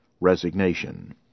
resignation